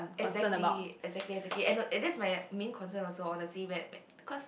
exactly exactly exactly and no that's my main concern also honestly when when cause